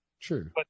True